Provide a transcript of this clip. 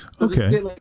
Okay